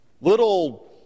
Little